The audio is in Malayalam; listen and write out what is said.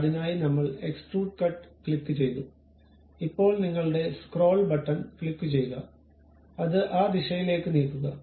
അതിനായി നമ്മൾ എക്സ്ട്രൂഡ് കട്ട് ക്ലിക്കുചെയ്തു ഇപ്പോൾ നിങ്ങളുടെ സ്ക്രോൾ ബട്ടൺ ക്ലിക്കുചെയ്യുക അത് ആ ദിശയിലേക്ക് നീക്കുക